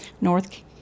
North